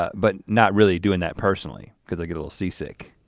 but not really doing that personally cause i get a little seasick,